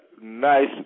nice